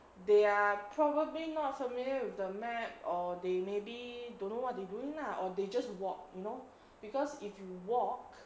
they are probably not familiar with the map or they maybe don't know what they doing lah or they just walk you know because if you walk